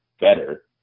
better